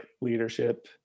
leadership